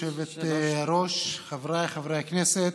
גברתי היושבת-ראש, חבריי חברי הכנסת,